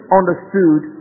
understood